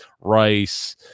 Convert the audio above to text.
rice